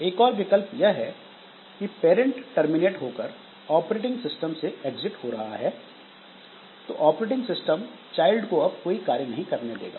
एक और विकल्प यह है कि पेरेंट टर्मिनेट होकर ऑपरेटिंग सिस्टम से एग्जिट हो रहा है तो ऑपरेटिंग सिस्टम चाइल्ड को अब कार्य नहीं करने देगा